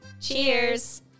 Cheers